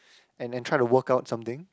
and and try to work out something